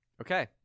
Okay